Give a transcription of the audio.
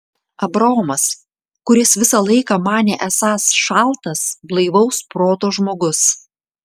abraomas kuris visą laiką manė esąs šaltas blaivaus proto žmogus